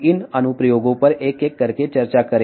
ఈ అనువర్తనాలను ఒక్కొక్కటిగా చర్చిద్దాము